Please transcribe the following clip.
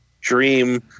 dream